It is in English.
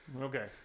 Okay